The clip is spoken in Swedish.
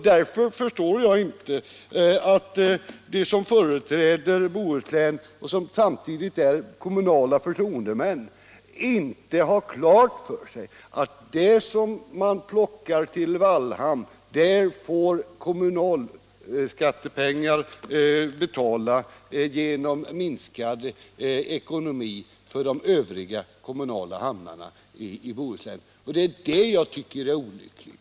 Därför förstår jag inte att de som här företräder Bohuslän och samtidigt är kommunala förtroendemän inte har klart för sig att det som man plockar till Wallhamn får betalas med kommunalskattepengar, på grund av försämrad ekonomi för de övriga kommunala hamnarna i Bohuslän. Det är detta jag tycker är olyckligt.